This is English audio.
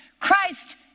Christ